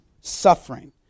suffering